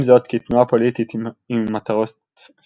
עם זאת, כארגון פוליטי עם מטרות סדורות,